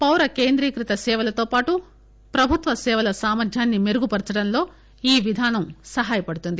పౌర కేంద్రీకృత సేవలతో పాటు ప్రభుత్వ సేవల సామర్థ్యాన్ని మెరుగుపర్చడంలో ఈ విధానం సహాయపడుతుంది